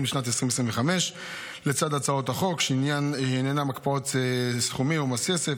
לשנת 2025 לצד הצעות החוק שעניינן הקפאות סכומים ומס יסף,